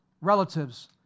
relatives